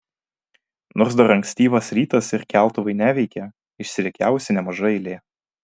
nors dar ankstyvas rytas ir keltuvai neveikia išsirikiavusi nemaža eilė